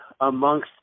amongst